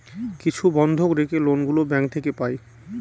কিছু বন্ধক রেখে লোন গুলো ব্যাঙ্ক থেকে পাই